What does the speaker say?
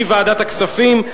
היא ועדת הכספים.